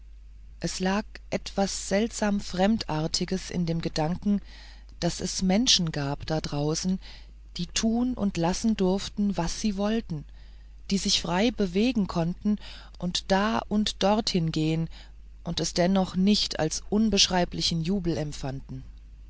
es lag etwas seltsam fremdartiges in dem gedanken daß es menschen gab da draußen die tun und lassen durften was sie wollten die sich frei bewegen konnten und da und dort hingehen und es dennoch nicht als unbeschreiblichen jubel empfanden